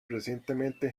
recientemente